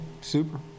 super